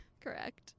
Correct